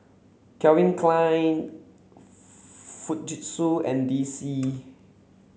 Calvin Klein Fujitsu and D C